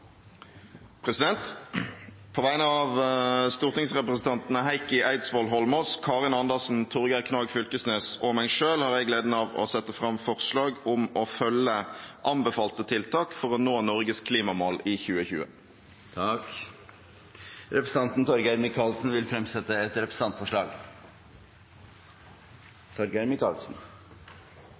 På vegne av stortingsrepresentantene Heikki Eidsvoll Holmås, Karin Andersen, Torgeir Knag Fylkesnes og meg selv har jeg gleden av å sette fram forslag om å følge anbefalte tiltak for å nå Norges klimamål innen 2020. Representanten Torgeir Micaelsen vil fremsette et representantforslag.